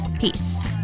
Peace